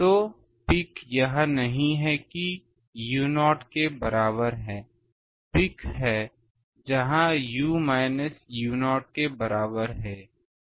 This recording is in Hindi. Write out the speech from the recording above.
तो पीक यह नहीं है कि u0 के बराबर है पीक है जहाँ u माइनस u0 के बराबर है